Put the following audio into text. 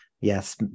yes